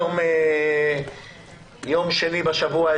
היום יום שני בשבוע,